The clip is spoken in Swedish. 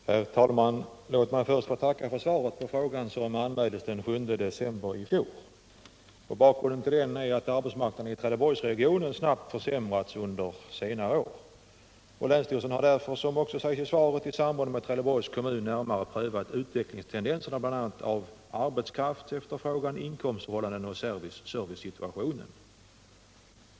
Herr talman! Låt mig först få tacka för svaret på min fråga, som anmäldes den 7 december i fjol. Bakgrunden är att arbetsmarknaden i Trelleborgsregionen snabbt försämrats under senare år. Länsstyrelsen har därför, som också sägs i svaret, i samråd med Trelleborgs kommun närmare prövat utvecklingstendenserna bl.a. beträffande arbetskraftsefterfrågan, inkomstförhållandena och servicesituationen.